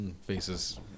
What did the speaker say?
faces